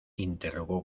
interrogó